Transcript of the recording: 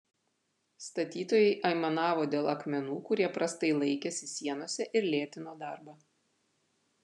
statytojai aimanavo dėl akmenų kurie prastai laikėsi sienose ir lėtino darbą